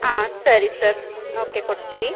ಆಂ ಸರಿ sir okay ಕೊಡ್ತೀವಿ